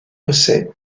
fossey